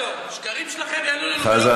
אין, לא יעזור, השקרים שלכם יעלו לנו בעוד, חזן.